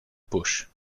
bush